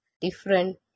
different